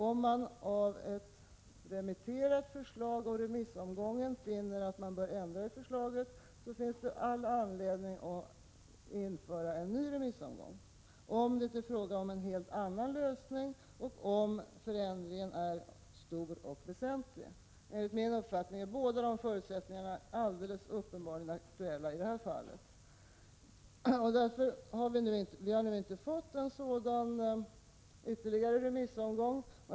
Om man efter remissomgången finner att ett remitterat förslag bör ändras, finns det all anledning att genomföra en ny remissomgång om det blir fråga om en helt annan lösning än den ursprungligen föreslagna och om förändringen är stor och väsentlig. Enligt min mening är båda dessa förutsättningar alldeles uppenbarligen aktuella i detta fall. Vi har inte fått någon sådan ytterligare remissomgång.